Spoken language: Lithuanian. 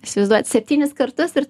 įsivaizduojat septynis kartus ir